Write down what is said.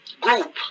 group